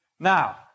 Now